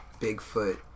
Bigfoot